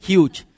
Huge